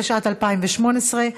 התשע"ט 2018,